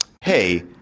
hey